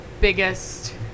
biggest